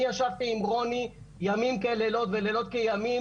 אני ישבתי עם רוני ימים כלילות ולילות כימים,